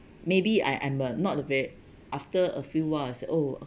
maybe I I'm uh not a ver~ after a few while I say oh